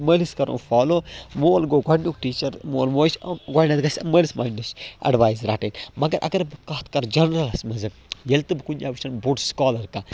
مٲلِس کَرُن فالو مول گوٚو گۄڈنیُک ٹیٖچَر مول موج گۄڈنٮ۪تھ گژھِ مٲلِس ماجہِ نِش اٮ۪ڈوایز رَٹٕنۍ مگر اگر بہٕ کتھ کَرٕ جَنرَلس منٛز ییٚلہِ تہِ بہٕ کُنہِ جاے وٕچھَن بوٚڈ سُکالَر کانٛہہ